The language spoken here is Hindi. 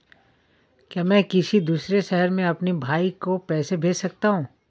क्या मैं किसी दूसरे शहर में अपने भाई को पैसे भेज सकता हूँ?